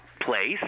place